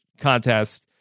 Contest